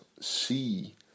see